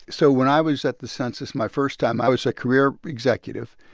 so when i was at the census my first time, i was a career executive.